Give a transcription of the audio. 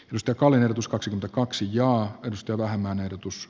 gösta kalen tuskaksi kaksi ja edusti vähemmän ehdotus